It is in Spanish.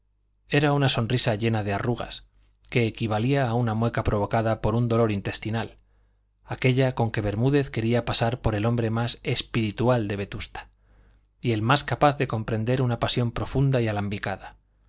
era una sonrisa llena de arrugas que equivalía a una mueca provocada por un dolor intestinal aquella con que bermúdez quería pasar por el hombre más espiritual de vetusta y el más capaz de comprender una pasión profunda y alambicada